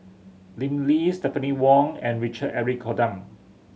Lim Lee Stephanie Wong and Richard Eric Holttum